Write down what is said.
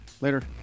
Later